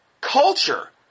culture